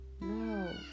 no